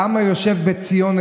לעם היושב בציון,